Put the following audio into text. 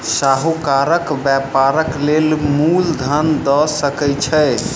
साहूकार व्यापारक लेल मूल धन दअ सकै छै